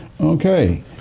okay